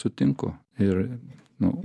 sutinku ir nu